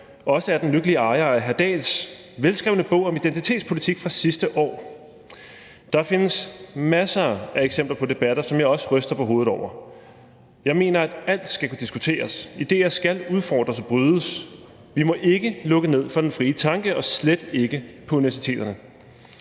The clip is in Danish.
også er den lykkelige ejer af hr. Henrik Dahls velbeskrevne bog om identitetspolitik fra sidste år. Der findes masser af eksempler på debatter, som jeg også ryster på hovedet over. Jeg mener, at alt skal kunne diskuteres. Idéer skal udfordres og brydes. Vi må ikke lukke ned for den frie tanke og slet ikke på universiteterne.